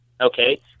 okay